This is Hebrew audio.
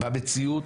במציאות